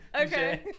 Okay